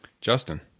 Justin